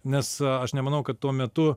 nes aš nemanau kad tuo metu